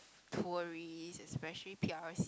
tourist especially p_r_c